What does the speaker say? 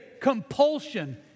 compulsion